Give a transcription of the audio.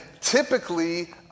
typically